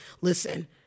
listen